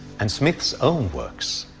and smith's own works.